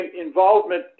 involvement